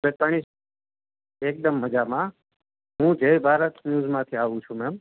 તબિયત પાણી એકદમ મજામાં હું જય ભારત ન્યૂઝમાંથી આવું છું મૅમ